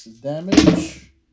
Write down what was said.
damage